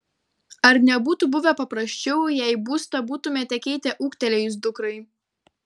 ar nebūtų buvę paprasčiau jei būstą būtumėte keitę ūgtelėjus dukrai